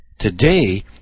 Today